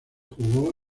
jugó